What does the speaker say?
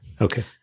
Okay